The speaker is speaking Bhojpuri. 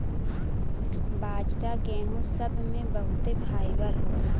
बाजरा गेहूं सब मे बहुते फाइबर होला